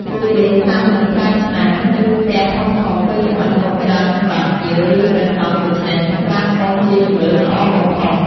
ពួកគេសុាំនឹងប្រើឆ្នាំង ឬ ខ្ទះធំៗពេលចម្អិនម្ហូបច្រើនសម្រាប់ភ្ញៀវ ឬ ព្រះសង្ឃ ដូច្នេះ ចង្រ្កានអុសជាជម្រើសល្អបំផុត។